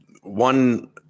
one